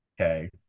okay